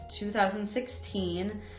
2016